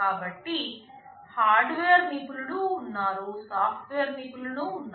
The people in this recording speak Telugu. కాబట్టి హార్డ్వేర్ నిపుణులు ఉన్నారు సాఫ్ట్వేర్ నిపుణులు ఉన్నారు